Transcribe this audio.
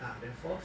ah then fourth